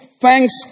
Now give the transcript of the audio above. thanks